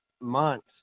months